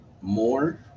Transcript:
more